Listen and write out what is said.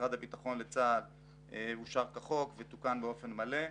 משרד הביטחון לצה"ל אושר כחוק ותוקן באופן מלא.